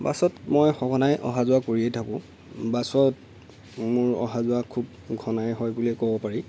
বাছত মই সঘনাই অহা যোৱা কৰিয়েই থাকোঁ বাছত মোৰ অহা যোৱা খুব ঘনাই হয় বুলিয়ে ক'ব পাৰি